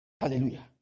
Hallelujah